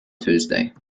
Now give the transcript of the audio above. tuesday